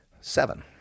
Seven